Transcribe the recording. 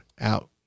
out